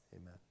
Amen